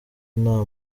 nta